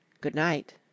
Good-night